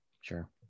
Sure